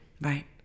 Right